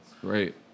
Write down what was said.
Great